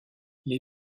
les